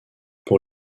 pour